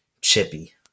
chippy